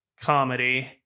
comedy